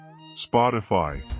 Spotify